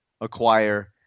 acquire